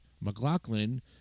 McLaughlin